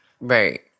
Right